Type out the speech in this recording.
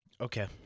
Okay